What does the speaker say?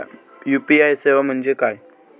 UPI सेवा म्हणजे काय?